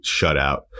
shutout